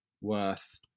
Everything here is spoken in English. worth